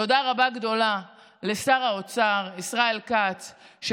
תודה רבה גדולה לשר האוצר ישראל כץ,